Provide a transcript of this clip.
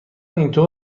اینطور